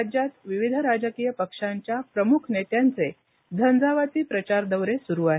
राज्यात विविध राजकीय पक्षांच्या प्रमुख नेत्यांचे झंझावाती प्रचार दौरे सुरू आहेत